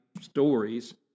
stories